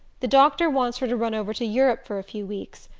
the doctor wants her to run over to europe for a few weeks.